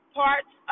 parts